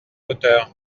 auteur